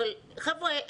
אבל חבר'ה,